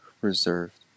reserved